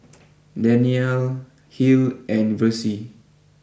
Danyell Hill and Versie